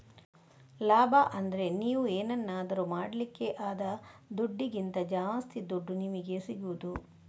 ಲಾಭ ಅಂದ್ರೆ ನೀವು ಏನನ್ನಾದ್ರೂ ಮಾಡ್ಲಿಕ್ಕೆ ಆದ ದುಡ್ಡಿಗಿಂತ ಜಾಸ್ತಿ ದುಡ್ಡು ನಿಮಿಗೆ ಸಿಗುದು